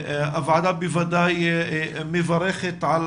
הוועדה בוודאי מברכת על